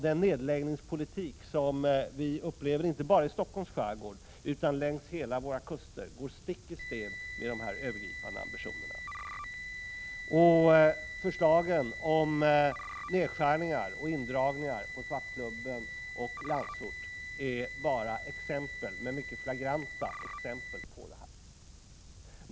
Den nedläggningspolitik som vi upplever, inte bara i Stockholms skärgård utan längs alla våra kuster, går stick i stäv mot dessa övergripande ambitioner. Förslagen om nedskärningar och indragningar på Svartklubben och Landsort är bara exempel, men mycket flagranta exempel, på detta.